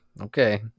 okay